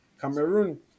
cameroon